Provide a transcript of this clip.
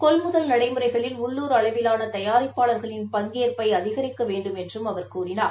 கொள்முதல் நடைமுறைகளில் உள்ளூர் அளவிலான தயாரிப்பாளர்களின் பங்கேற்பை அதிகரிக்க வேண்டும் என்றும் அவர் கூறினார்